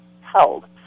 held